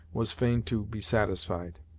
was fain to be satisfied.